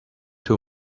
too